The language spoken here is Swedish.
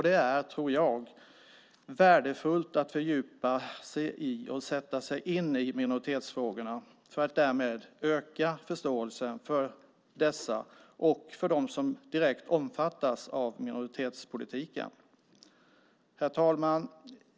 Det är, tror jag, värdefullt att fördjupa sig i och sätta sig in i minoritetsfrågorna för att därmed öka förståelsen för dessa och för dem som direkt omfattas av minoritetspolitiken. Herr talman!